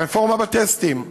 הרפורמה בטסטים,